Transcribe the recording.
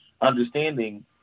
understanding